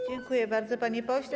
Dziękuję bardzo, panie pośle.